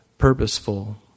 purposeful